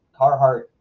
Carhartt